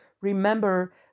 remember